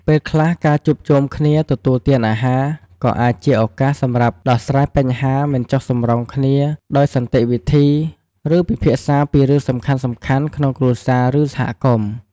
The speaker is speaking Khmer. ពេលខ្លះ ការជួបជុំគ្នាទទួលទានអាហារ ក៏អាចជាឱកាសសម្រាប់ដោះស្រាយបញ្ហាមិនចុះសម្រុងគ្នាដោយសន្តិវិធី ឬពិភាក្សាពីរឿងសំខាន់ៗក្នុងគ្រួសារ ឬសហគមន៍។